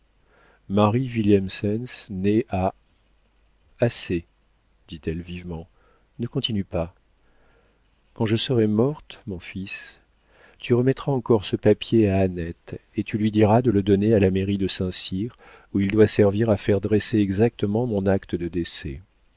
née à assez dit-elle vivement ne continue pas quand je serai morte mon fils tu remettras encore ce papier à annette et tu lui diras de le donner à la mairie de saint-cyr où il doit servir à faire dresser exactement mon acte de décès